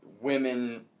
women